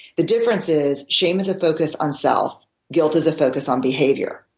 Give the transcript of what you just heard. the difference is shame is a focus on self guilt is a focus on behavior.